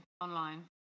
online